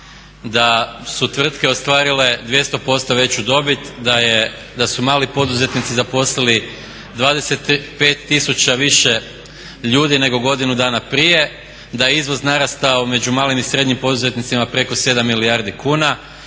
da su tvrtke ostvarile 200% veću dobit, da su mali poduzetnici zaposlili 25 tisuća više ljudi nego godinu dana prije, da je izvoz narastao među malim i srednjim poduzetnicima preko 7 milijardi kuna.